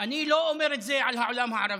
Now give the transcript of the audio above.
אני לא אומר את זה על העולם הערבי,